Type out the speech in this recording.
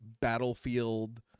battlefield